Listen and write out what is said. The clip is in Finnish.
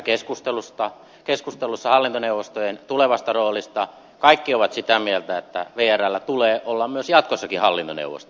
täällä käydyssä keskustelussa hallintoneuvostojen tulevasta roolista kaikki ovat sitä mieltä että vrllä tulee olla jatkossakin hallintoneuvosto